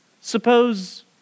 Suppose